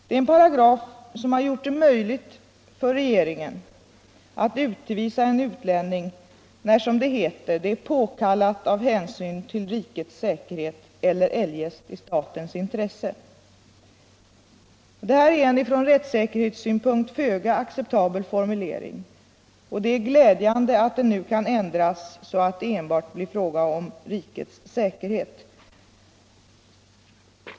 Det är en paragraf som gjort det möjligt för regeringen att utvisa utlänning när, som det heter, det är påkallat av hänsyn till rikets säkerhet eller eljest i statens intresse. Det här är en från rättssäkerhetssynpunkt föga acceptabel formulering och det är glädjande att den nu kan ändras så att det enbart blir fråga om rikets säkerhet.